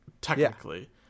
Technically